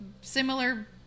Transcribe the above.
similar